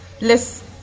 less